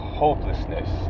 hopelessness